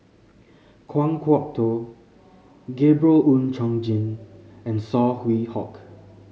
Kan Kwok Toh Gabriel Oon Chong Jin and Saw Swee Hock